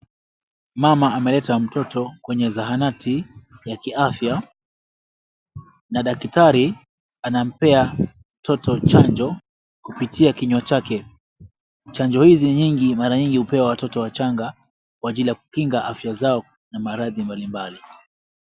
Mama ameleta mtoto kwenye zahanati ya kiafya, na daktari anampea mtoto chanjo kupitia kinywa chake. Chanjo hizi mingi mara nyingi hupewa watoto wachanga, kwa ajili ya kukinga afya zao na maradhi mbalimbali.